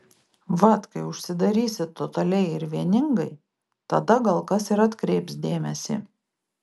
vat kai užsidarysit totaliai ir vieningai tada gal kas ir atkreips dėmesį